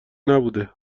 نبوده